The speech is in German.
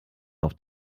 auf